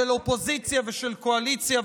של אופוזיציה ושל קואליציה,